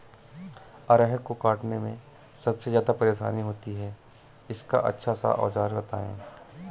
अरहर को काटने में सबसे ज्यादा परेशानी होती है इसका अच्छा सा औजार बताएं?